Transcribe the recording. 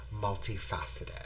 multifaceted